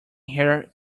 hair